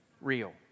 real